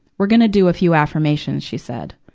we're gonna do a few affirmations she said.